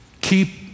Keep